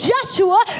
Joshua